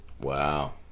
Wow